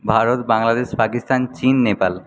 ভারত বাংলাদেশ পাকিস্তান চীন নেপাল